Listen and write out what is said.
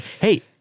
hey